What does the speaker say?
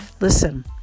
listen